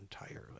entirely